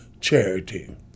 charity